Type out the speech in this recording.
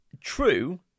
True